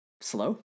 slow